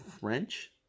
French